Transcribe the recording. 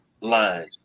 line